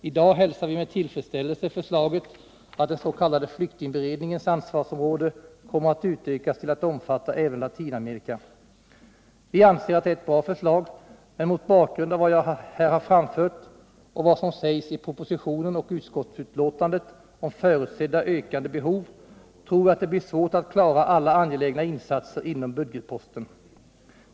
I dag hälsar vi med tillfredsställelse förslaget att den s.k. flyktingberedningens ansvarsområde kommer att utökas till att omfatta även Latinamerika. Vi anser att det är ett bra förslag, men mot bakgrund av vad jag här har framfört och vad som sägs i propositionen och i utskottsbetänkandet om förutsedda ökandebehov tror vi att det blir svårt att klara alla angelägna insatser inom budgetposten.